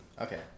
Okay